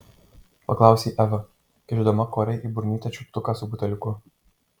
paklausė eva kišdama korei į burnytę čiulptuką su buteliuku